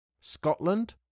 Scotland